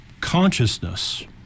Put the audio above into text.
consciousness